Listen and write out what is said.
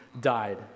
died